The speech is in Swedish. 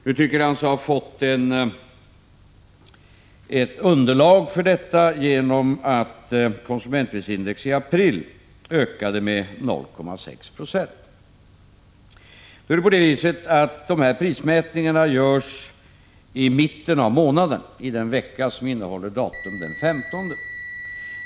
Nu tycker han sig ha fått ett underlag för detta genom att konsumentprisindex i april ökade med 0,6 70. Men det är på det viset att dessa mätningar görs i mitten av månaden, i den vecka som innefattar datumet den 15.